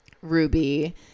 Ruby